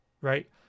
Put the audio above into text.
right